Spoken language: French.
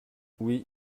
oui